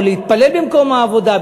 להתפלל במקום העבודה,